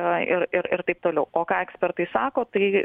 ir ir ir taip toliau o ką ekspertai sako tai